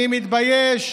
אני מתבייש